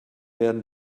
werden